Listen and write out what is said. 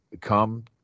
come